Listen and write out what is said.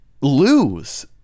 Lose